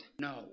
no